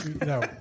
No